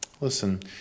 Listen